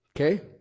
Okay